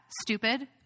stupid